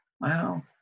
Wow